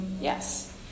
yes